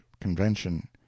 convention